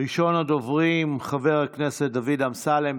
ראשון הדוברים, חבר הכנסת דוד אמסלם,